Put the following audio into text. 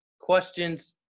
questions